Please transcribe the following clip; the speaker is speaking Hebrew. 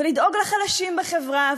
ולדאוג לחלשים בחברה,